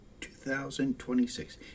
2026